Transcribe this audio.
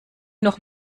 noch